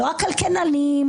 לא הכלכלנים,